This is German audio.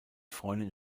freundin